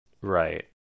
Right